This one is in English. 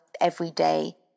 everyday